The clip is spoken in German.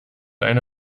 eine